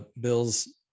Bill's